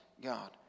God